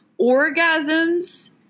Orgasms